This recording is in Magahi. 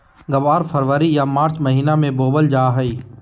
ग्वार फरवरी या मार्च महीना मे बोवल जा हय